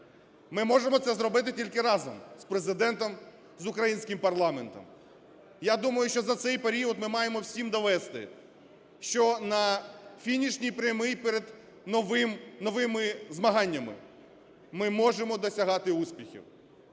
Ми можемо це зробити тільки разом з Президент, з українським парламентом. Я думаю, що за цей період ми маємо всім довести, що на фінішній прямій перед новими змаганнями ми можемо досягати успіхів.